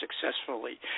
successfully